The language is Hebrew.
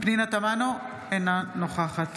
פנינה תמנו, אינה נוכחת